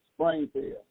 Springfield